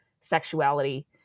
sexuality